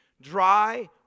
Dry